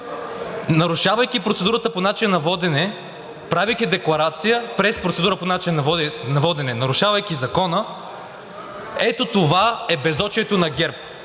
нарушавайки процедурата по начина на водене, правейки декларация през процедура по начина на водене, нарушавайки закона – ето това е безочието на ГЕРБ.